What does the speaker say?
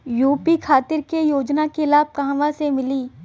UP खातिर के योजना के लाभ कहवा से मिली?